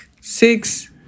six